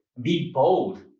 be bold.